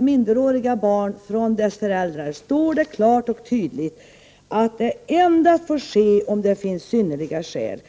minderåriga barn från deras föräldrar står det klart och tydligt att det endast får ske om det finns synnerliga skäl.